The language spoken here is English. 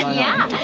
yeah.